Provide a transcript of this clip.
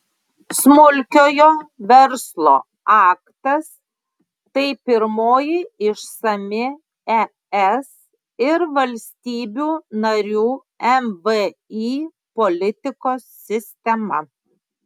smulkiojo verslo aktas tai pirmoji išsami es ir valstybių narių mvį politikos sistema